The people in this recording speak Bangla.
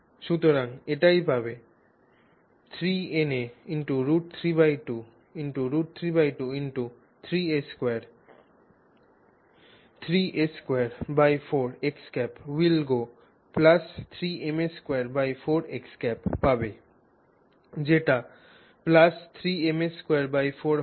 সুতরাং এটিই পাবে 3na√32 √32 3 a2 3 a24 will go3ma24 পাবে যেটা 3ma24 হবে